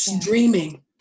dreaming